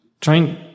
trying